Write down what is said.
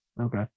Okay